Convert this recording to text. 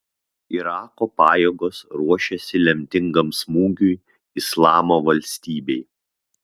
irako pajėgos ruošiasi lemtingam smūgiui islamo valstybei